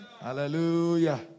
Hallelujah